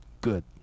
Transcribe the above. good